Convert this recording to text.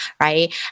right